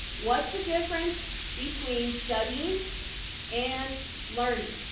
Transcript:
what's the difference between studying and learning?